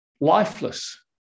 lifeless